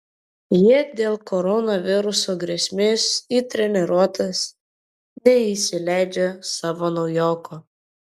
jie dėl koronaviruso grėsmės į treniruotes neįsileidžia savo naujoko